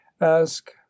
ask